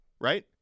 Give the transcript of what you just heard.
Right